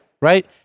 Right